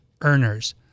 earners